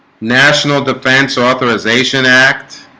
national defense authorization act.